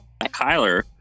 Kyler